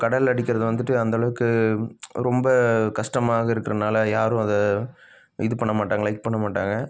கடலில் அடிக்கிறது வந்துவிட்டு அந்த அளவுக்கு ரொம்ப கஷ்டமாகக இருக்கிறனால யாரும் அதை இது பண்ண மாட்டாங்க லைக் பண்ண மாட்டாங்க